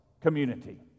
community